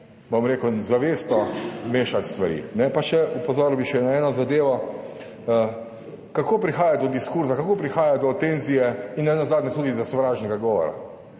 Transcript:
bom rekel, zavestno mešati stvari. Pa še opozoril bi še na eno zadevo, kako prihaja do diskurza, kako prihaja do tenzije in nenazadnje tudi sovražnega govora,